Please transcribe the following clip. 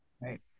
Right